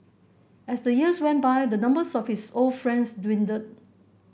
as the years went by the numbers of his old friends dwindled